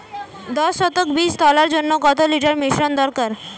দশ শতক বীজ তলার জন্য কত লিটার মিশ্রন দরকার?